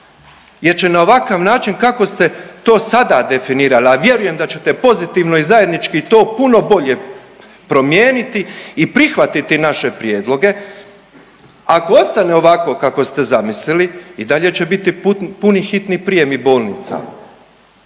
jer će na ovakav način kako ste to sada definirali, a vjerujem da ćete pozitivno i zajednički to puno bolje promijeniti i prihvatiti naše prijedloge. Ako ostane ovako kako ste zamislili i dalje će biti puni hitni prijemi bolnica,